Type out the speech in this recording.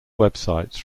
websites